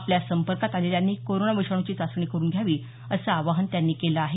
आपल्या संपर्कात आलेल्यांनी कोरोना विषाणूची चाचणी करून घ्यावी असं आवाहन त्यांनी केलं आहे